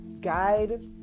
guide